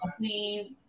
please